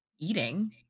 eating